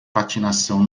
patinação